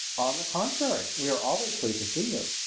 the contrary, we are always pleased to see you,